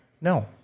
No